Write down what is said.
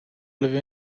living